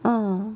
ah